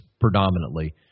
predominantly